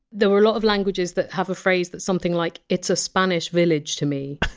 there were a lot of languages that have a phrase that something like, it's a spanish village to me,